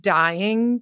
dying